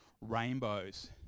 rainbows